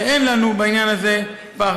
שאין לנו בעניין הזה פרטנר.